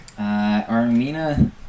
Armina